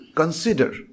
consider